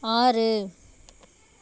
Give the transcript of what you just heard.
ஆறு